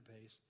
pace